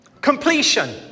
completion